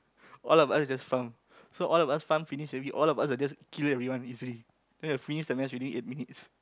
all of us just farm so all of us farm finish already all of us will just kill everyone easily then we will finish the match within eight minutes